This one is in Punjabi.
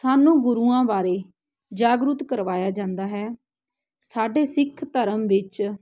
ਸਾਨੂੰ ਗੁਰੂਆਂ ਬਾਰੇ ਜਾਗਰੂਕ ਕਰਵਾਇਆ ਜਾਂਦਾ ਹੈ ਸਾਡੇ ਸਿੱਖ ਧਰਮ ਵਿੱਚ